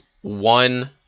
one